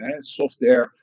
software